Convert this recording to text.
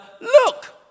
look